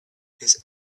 his